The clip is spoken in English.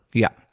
yeah.